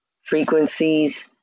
frequencies